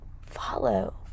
follow